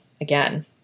again